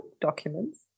documents